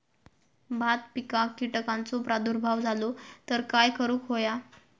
भात पिकांक कीटकांचो प्रादुर्भाव झालो तर काय करूक होया?